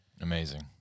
Amazing